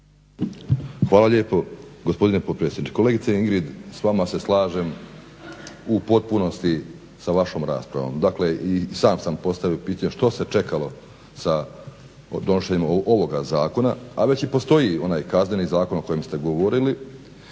Hvala lijepo gospodine potpredsjedniče. Kolegice Ingrid s vama se slažem u potpunosti sa vašom raspravom. Dakle, i sam sa postavio pitanje što se čekalo sa donošenjem ovog zakona, a već i postoji onaj Kazneni zakon o kojem ste govorili.